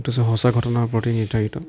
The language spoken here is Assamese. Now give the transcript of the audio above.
এইটো সঁচা ঘটনাৰ ওপৰতেই নিৰ্ধাৰিত